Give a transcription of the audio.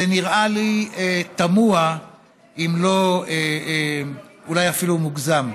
זה נראה לי תמוה, אם לא אפילו מוגזם.